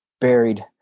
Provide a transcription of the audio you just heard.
buried